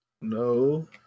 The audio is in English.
No